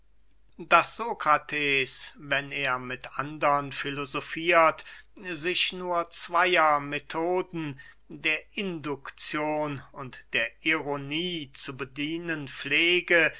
daß sokrates wenn er mit andern filosofiert sich nur zweyer methoden der indukzion und der ironie zu bedienen pflege